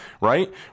right